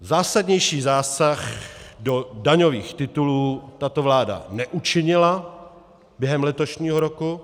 Zásadnější zásah do daňových titulů tato vláda neučinila během letošního roku.